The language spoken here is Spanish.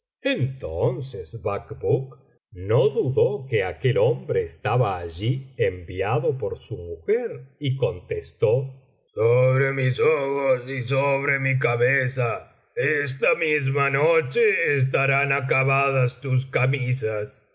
entonces bacbuk no dudó que aquel hoftibre estaba biblioteca valenciana generalitat valenciana historia del jorobado allí enviado por su mujer y contestó sobre mis ojos y sobre mi cabeza esta misma noche estarán acabadas tus camisas